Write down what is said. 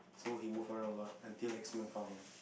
so he move around a lot until X man found him